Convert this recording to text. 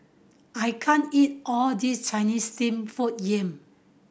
I can't eat all this Chinese steamed food yam